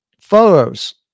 photos